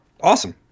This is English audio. Awesome